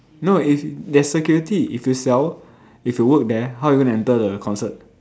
no if there's security if you sell if you work there how you gonna enter the concert